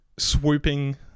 Swooping